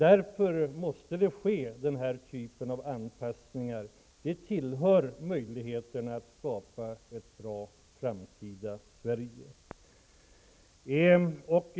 Därför måste den här typen av anpassningar ske -- det är en av möjligheterna att skapa ett bra framtida Sverige.